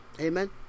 Amen